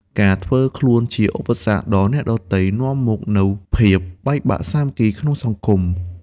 ការធ្វើខ្លួនជាឧបសគ្គដល់អ្នកដទៃ នាំមកនូវភាពបាក់បែកសាមគ្គីភាពក្នុងសហគមន៍។